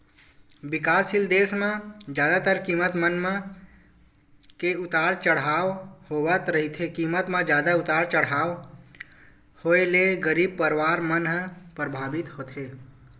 बिकाससील देस म जादातर कीमत मन म के उतार चड़हाव होवत रहिथे कीमत म जादा उतार चड़हाव होय ले गरीब परवार मन ह परभावित होथे